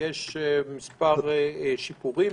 ויש כמה שיפורים,